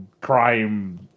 crime